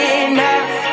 enough